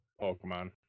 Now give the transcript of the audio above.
Pokemon